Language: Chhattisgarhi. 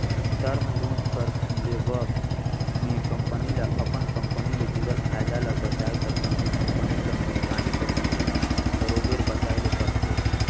टर्म लोन कर लेवब में कंपनी ल अपन कंपनी ले जुड़ल फयदा ल बताए कर संघे कंपनी कर नोसकानी कर बिसे में बरोबेर बताए ले परथे